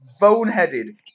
boneheaded